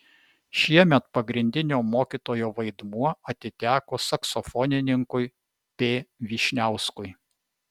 šiemet pagrindinio mokytojo vaidmuo atiteko saksofonininkui p vyšniauskui